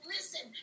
Listen